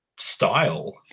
Style